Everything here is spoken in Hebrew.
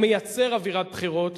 או מייצר אווירת בחירות,